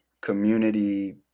community